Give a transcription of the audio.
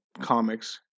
comics